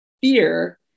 fear